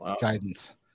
guidance